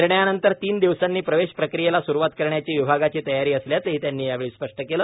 निर्णयानंतर तीन दिवसांनी प्रवेश प्रक्रियेला स्रूवात करण्याची विभागाची तयारी असल्याचही त्यांनी यावेळी स्पष्ट केलं